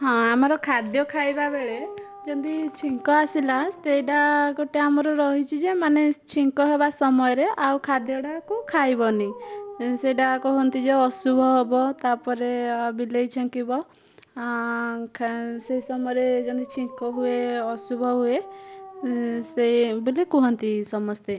ହଁ ଆମର ଖାଦ୍ୟ ଖାଇବା ବେଳେ ଯେମତି ଛିଙ୍କ ଆସିଲା ସେଇଟା ଗୋଟେ ଆମର ରହିଛି ଯେ ମାନେ ଛିଙ୍କ ହେବା ସମୟରେ ଆଉ ଖାଦ୍ୟଟାକୁ ଖାଇବନି ସେଇଟା କହନ୍ତି ଯେ ଅଶୁଭ ହେବ ତାପରେ ବିଲେଇ ଛିଙ୍କିବ ସେ ସମୟରେ ଯେମିତି ଛିଙ୍କ ହୁଏ ଅଶୁଭ ହୁଏ ସେ ଏହା ବୋଲି କୁହନ୍ତି ସମସ୍ତେ